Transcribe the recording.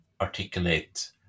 articulate